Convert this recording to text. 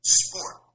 sport